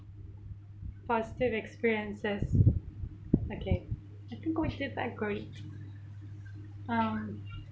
positive experiences okay I think we should do like um